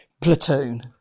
platoon